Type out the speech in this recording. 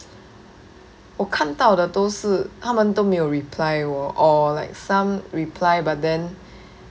我看到的都是他们都没有 reply 我 or like some reply but then